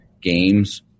games